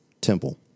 temple